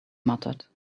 muttered